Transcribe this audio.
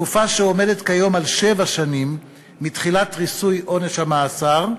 תקופה שעומדת כיום על שבע שנים מתחילת ריצוי עונש המאסר,